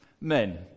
Men